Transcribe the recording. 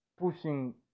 pushing